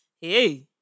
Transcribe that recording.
Hey